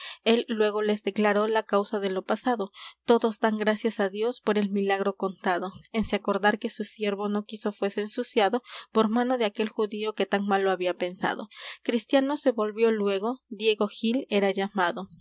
él luégo les declaró la causa de lo pasado todos dan gracias á dios por el milagro contado en se acordar que su siervo no quiso fuese ensuciado por mano de aquel judío que tan mal lo había pensado cristiano se volvió luégo diego gil era llamado